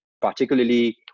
particularly